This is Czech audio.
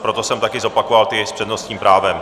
Proto jsem také zopakoval ty s přednostním právem.